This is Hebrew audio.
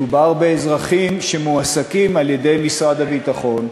מדובר באזרחים שמועסקים על-ידי משרד הביטחון,